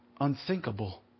unthinkable